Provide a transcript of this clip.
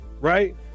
right